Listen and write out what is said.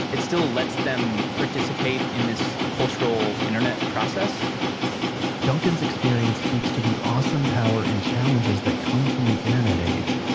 it still lets them participate in this cultural internet process duncan's experience speaks to the awesome power and challenges that come from the internet age.